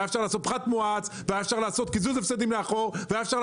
פחת מואץ וקיזוז הפסדים לאחור.